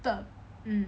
the mmhmm